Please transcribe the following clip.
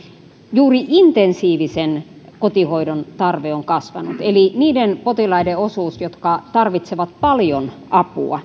juuri intensiivisen kotihoidon tarve on kasvanut eli niiden potilaiden osuus jotka tarvitsevat paljon apua